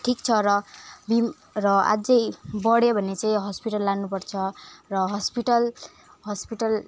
ठिक छ र बिम र आझै बढ्यो भने चाहिँ हस्पिटल लानु पर्छ र हस्पिटल हस्पिटल